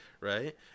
right